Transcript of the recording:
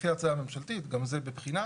לפי ההצעה הממשלתית, גם זה בבחינה.